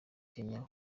kenya